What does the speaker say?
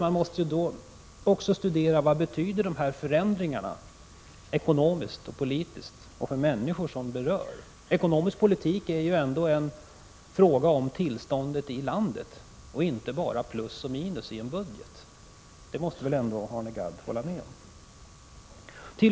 Man måste då också studera vad dessa förändringar betyder ekonomiskt och politiskt och för de människor som berörs. Ekonomisk politik är ju ändå en fråga om tillståndet i landet och inte bara plus och minus i en budget. Det måste väl Arne Gadd ändå hålla med om.